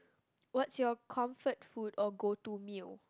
what's your comfort food or go to meal